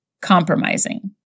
compromising